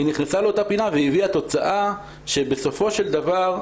היא נכנסה לאותה פינה שבסופו של דבר,